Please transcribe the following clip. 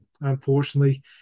unfortunately